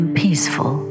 peaceful